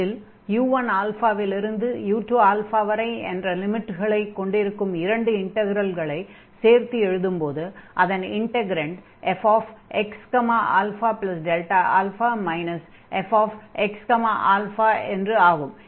இதில் u1 இலிருந்து u2 வரை என்ற லிமிட்களை கொண்டிருக்கும் இரண்டு இன்டக்ரல்களை சேர்த்து எழுதும்போது அதன் இன்டக்ரன்ட் fxα fxα என்று ஆகும்